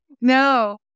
No